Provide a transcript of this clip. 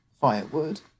firewood